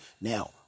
now